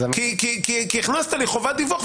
כי הכנסת לי חובת דיווח.